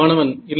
மாணவன் இல்லை